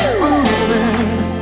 moving